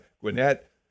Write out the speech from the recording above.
Gwinnett